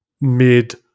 mid